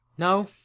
No